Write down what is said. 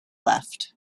left